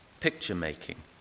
Picture-making